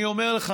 אני אומר לך,